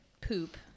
poop